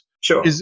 Sure